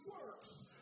works